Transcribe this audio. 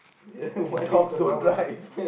dogs don't drive